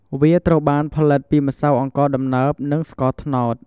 វាត្រូវបានផលិតពីម្សៅអង្ករដំណើប និងស្ករត្នោត។